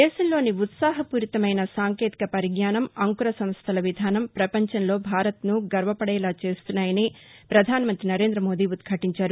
దేశంలోని ఉత్సాహపూరితమైన సాంకేతిక పరిజ్ఞానంఅంకుర సంస్లల విధానం పపంచంలో భారత్ ను గర్వపదేలా చేస్తున్నాయని ప్రధానమంతి నరేంద్రమోదీ ఉద్భాటించారు